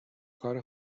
کار